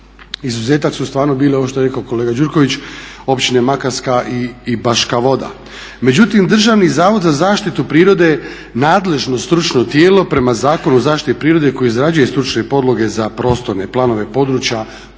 Izuzetak su stvarno bile ovo što je rekao kolega Gjurković općine Makarska i Baška Voda. Međutim, Državni zavod za zaštitu prirode je nadležno stručno tijelo prema Zakonu o zaštiti prirode koji izrađuje stručne podloge za prostorne planove područja